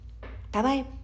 Bye-bye